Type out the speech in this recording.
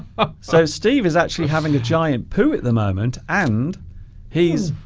ah so steve is actually having a giant poo at the moment and he's